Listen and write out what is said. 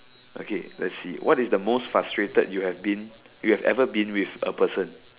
okay let's see what is the most frustrated you have been you have ever been with a person